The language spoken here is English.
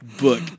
book